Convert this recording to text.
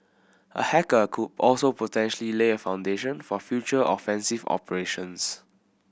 a hacker could also potentially lay a foundation for future offensive operations